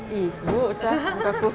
eh buruk sia muka aku